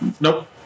Nope